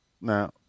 Now